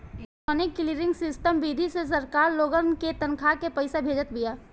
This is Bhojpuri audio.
इलेक्ट्रोनिक क्लीयरिंग सिस्टम विधि से सरकार लोगन के तनखा के पईसा भेजत बिया